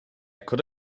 could